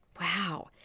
Wow